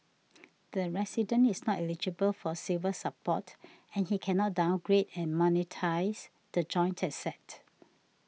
the resident is not eligible for Silver Support and he cannot downgrade and monetise the joint asset